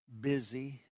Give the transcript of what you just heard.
busy